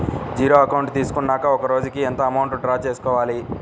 Zero account తీసుకున్నాక ఒక రోజుకి ఎంత అమౌంట్ డ్రా చేసుకోవాలి?